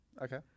Okay